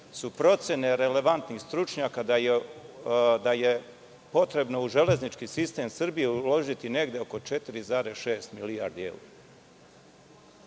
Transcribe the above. su procene relevantnih stručnjaka da je potrebno u železnički sistem Srbije uložiti negde oko 4,6 milijardi evra.